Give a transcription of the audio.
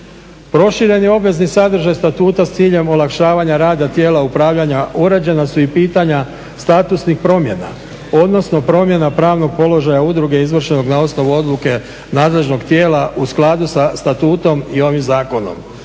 Proširen je obvezni sadržaj statuta s ciljem olakšavanja rada tijela upravljanja, uređena su i pitanja statusnih promjena odnosno promjena pravnog položaja udruge izvršenog na osnovu odluke nadležnog tijela u skladu sa statutom i ovim zakonom